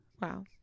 Wow